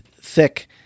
thick